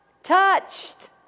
Touched